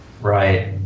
Right